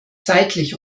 seitlich